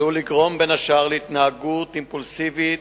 עלול לגרום בין השאר להתנהגות אימפולסיבית